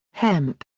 hemp.